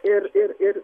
ir ir